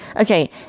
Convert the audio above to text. okay